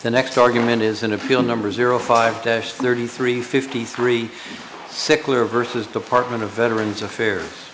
the next argument is an appeal number zero five days thirty three fifty three sickler versus department of veterans affairs